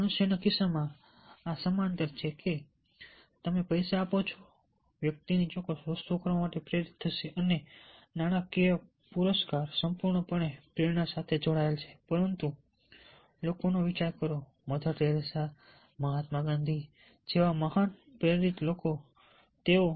મનુષ્યના કિસ્સામાં આ સમાંતર છે કે તમે પૈસા આપો છો વ્યક્તિ ચોક્કસ વસ્તુઓ કરવા માટે પ્રેરિત થશે અને નાણાકીય પુરસ્કાર સંપૂર્ણપણે પ્રેરણા સાથે જોડાયેલ છે પરંતુ લોકોનો વિચાર કરો મધર થેરેસા મહાત્મા ગાંધી જેવા મહાન પ્રેરિત લોકો તેઓ